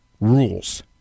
rules